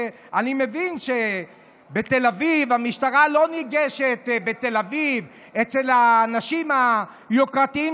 אני מבין שבתל אביב המשטרה לא ניגשת לאנשים היוקרתיים,